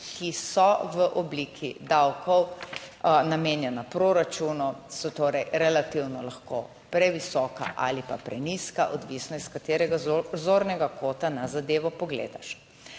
ki so v obliki davkov namenjena proračunu, so torej relativno lahko previsoka ali pa prenizka, odvisno iz katerega zornega kota na zadevo pogledaš.